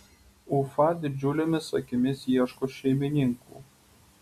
ufa didžiulėmis akimis ieško šeimininkų